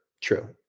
True